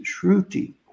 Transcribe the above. shruti